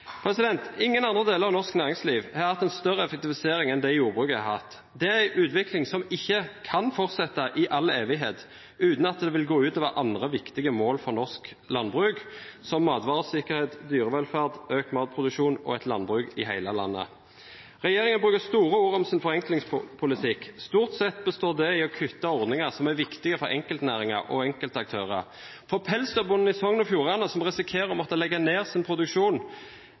Ingen andre deler av norsk næringsliv har hatt en større effektivisering enn det jordbruket har hatt. Det er en utvikling som ikke kan fortsette i all evighet, uten at det vil gå ut over andre viktige mål for norsk landbruk, som matvaresikkerhet, dyrevelferd, økt matproduksjon og et landbruk i hele landet. Regjeringen bruker store ord om sin forenklingspolitikk. Stort sett består det i å kutte ordninger som er viktige for enkeltnæringer og for enkeltaktører. For pelsdyrbonden i Sogn og Fjordane, som risikerer å måtte legge ned sin produksjon